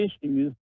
issues